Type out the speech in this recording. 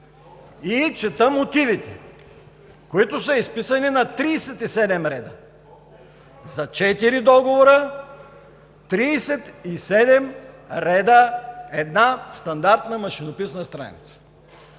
и чета мотивите, които са изписани на 37 реда: за четири договора – 37 реда, една стандартна машинописна страница.